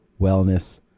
wellness